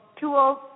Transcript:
tools